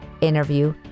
interview